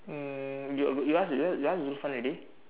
um you you ask you ask Zulfan already